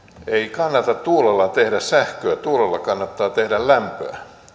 kannata tuulella tehdä sähköä tuulella kannattaa tehdä lämpöä